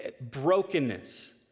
brokenness